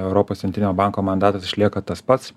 europos centrinio banko mandatas išlieka tas pats